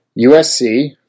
USC